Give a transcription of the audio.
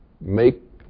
make